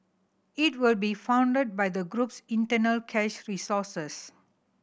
it will be funded by the group's internal cash resources